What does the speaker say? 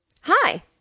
Hi